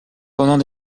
pendant